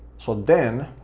so then,